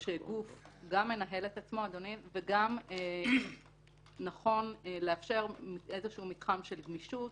של גוף שגם מנהל את עצמו וגם נכון לאפשר מתחם של גמישות,